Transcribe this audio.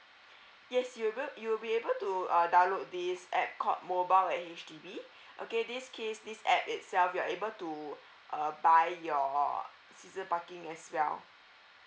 yes you able you will be able to uh download this app called mobile at H_D_B okay this case this app itself you are able to uh buy your season parking as well